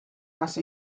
hasi